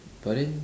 but then